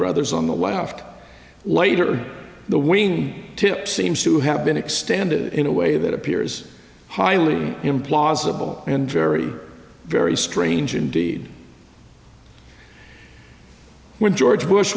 brothers on the left later the wing tip seems to have been extended in a way that appears highly implausible and very very strange indeed when george bush